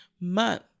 month